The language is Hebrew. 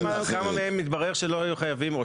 אני שואל כמה מהם מתברר שלא היו חייבים,